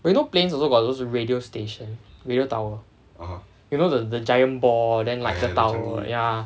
but you know planes also got those radio station radio tower you know the the giant ball then like the tower ya